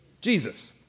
Jesus